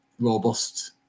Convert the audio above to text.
robust